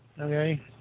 Okay